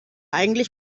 eigentlich